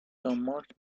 دانمارک